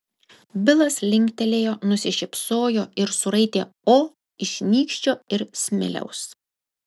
bilas linktelėjo nusišypsojo ir suraitė o iš nykščio ir smiliaus